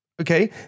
Okay